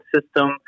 system